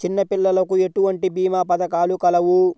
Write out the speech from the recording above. చిన్నపిల్లలకు ఎటువంటి భీమా పథకాలు కలవు?